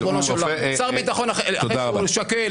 שר ביטחון שוקל